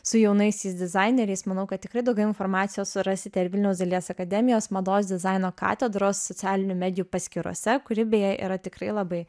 su jaunaisiais dizaineriais manau kad tikrai daugiau informacijos surasite ir vilniaus dailės akademijos mados dizaino katedros socialinių medijų paskyrose kuri beje yra tikrai labai